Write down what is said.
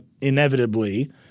inevitably